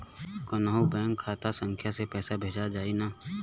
कौन्हू बैंक के खाता संख्या से पैसा भेजा जाई न?